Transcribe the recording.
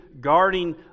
guarding